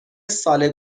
سال